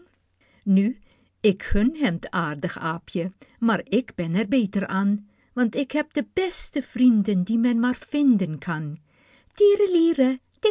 nu k gun hem t aardig aapje maar k ben er beter ân want k heb de beste vrienden die men maar vinden kan tiereliere ting tang die